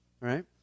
right